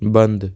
ਬੰਦ